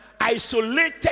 isolated